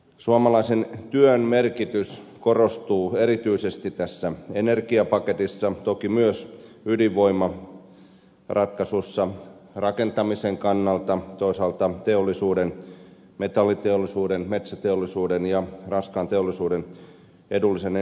suomalaisen työn merkitys korostuu erityisesti tässä energiapaketissa toki myös ydinvoimaratkaisussa rakentamisen kannalta toisaalta teollisuuden metalliteollisuuden metsäteollisuuden ja raskaan teollisuuden edullisen energian muodossa